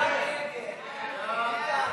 מי נגד ההסתייגות.?